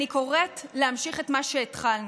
אני קוראת להמשיך את מה שהתחלנו,